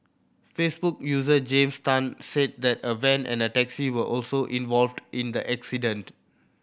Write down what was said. Facebook user James Tan said that a van and a taxi were also involved in the accident